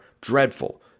dreadful